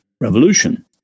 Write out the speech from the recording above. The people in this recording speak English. revolution